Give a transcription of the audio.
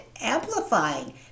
amplifying